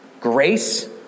Grace